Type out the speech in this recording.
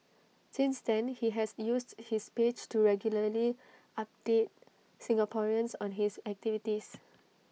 since then he has used his page to regularly update Singaporeans on his activities